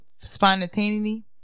spontaneity